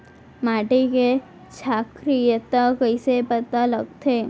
माटी के क्षारीयता कइसे पता लगथे?